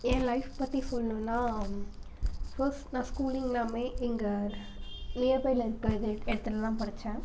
என் life பற்றி சொல்லணுன்னால் first நான் ஸ்கூலிங்லாமே எங்கள் நியர்பையில் இருக்கிற இடத்துல தான் படித்தேன்